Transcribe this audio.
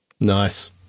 Nice